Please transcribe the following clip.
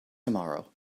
tomorrow